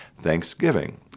Thanksgiving